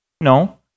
No